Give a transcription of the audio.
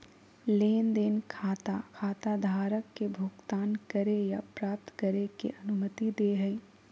लेन देन खाता खाताधारक के भुगतान करे या प्राप्त करे के अनुमति दे हइ